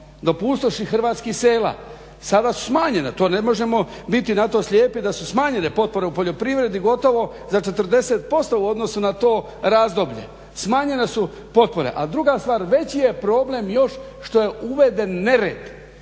do pustoši Hrvatskih sela. Sada su smanjena, to ne možemo biti na to slijepi, da su smanjene potpore u poljoprivredi gotovo za 40% u odnosu na to razdoblje. Smanjene su potpore, a druga stvar veći je problem još što je uveden nered,